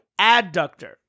Adductor